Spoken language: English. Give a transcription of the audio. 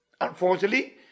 unfortunately